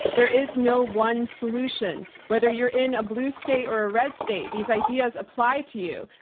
there is no one solution whether you're in a blue state or a red state, these ideas apply to you.